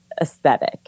aesthetic